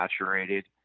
saturated